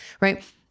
right